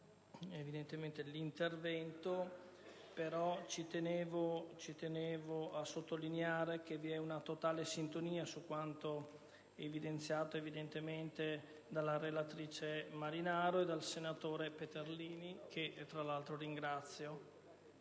il mio intervento, ma ci tenevo a sottolineare che vi è una totale sintonia con quanto evidenziato dalla relatrice Marinaro e dal senatore Peterlini - che tra l'altro ringrazio